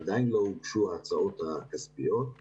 עדיין לא הוגשו ההצעות הכספיות,